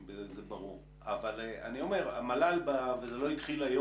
אבל באמת הוא התייחס פה לעוד נושאים